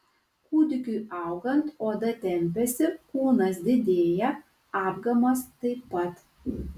kūdikiui augant oda tempiasi kūnas didėja apgamas taip pat